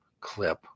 clip